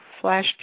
flash